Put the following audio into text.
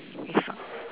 it's not